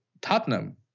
tottenham